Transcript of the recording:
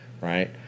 right